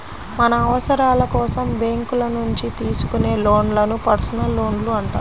మన అవసరాల కోసం బ్యేంకుల నుంచి తీసుకునే లోన్లను పర్సనల్ లోన్లు అంటారు